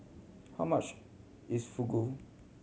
how much is Fugu